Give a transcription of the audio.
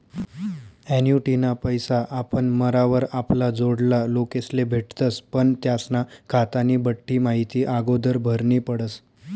ॲन्युटीना पैसा आपण मरावर आपला जोडला लोकेस्ले भेटतस पण त्यास्ना खातानी बठ्ठी माहिती आगोदर भरनी पडस